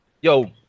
Yo